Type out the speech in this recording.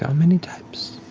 um many types.